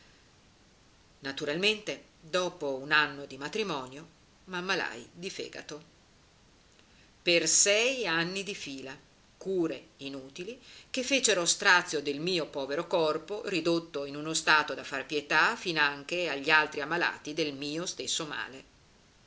naturalmente dopo un anno di matrimonio m'ammalai di fegato per sei anni di fila cure inutili che fecero strazio del mio povero corpo ridotto in uno stato da far pietà finanche agli altri ammalati del mio stesso male